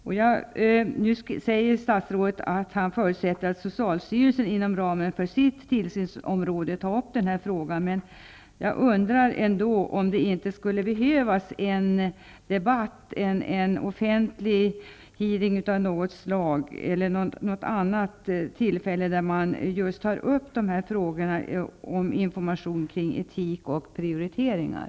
Nu säger statsrådet att han förutsätter att socialstyrelsen inom ramen för sitt tillsynsansvar tar upp den här frågan. Men jag undrar ändå om det inte skulle behövas en debatt, en offentlig hearing av något slag, där man tar upp just dessa frågor om information kring etik och prioriteringar.